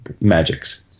magics